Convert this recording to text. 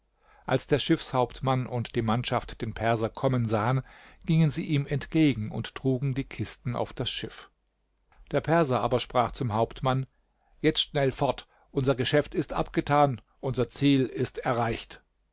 als der schiffshauptmann und die mannschaft den perser kommen sahen gingen sie ihm entgegen und trugen die kisten auf das schiff der perser aber sprach zum hauptmann jetzt schnell fort unser geschäft ist abgetan unser ziel ist erreicht